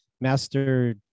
master